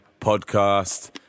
Podcast